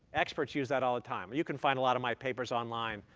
experts use that all the time. you can find a lot of my papers online.